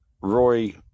Roy